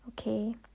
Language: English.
Okay